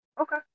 Okay